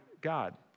God